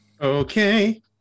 Okay